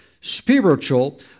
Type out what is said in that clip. spiritual